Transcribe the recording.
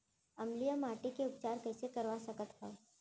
अम्लीय माटी के उपचार कइसे करवा सकत हव?